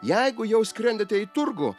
jeigu jau skrendate į turgų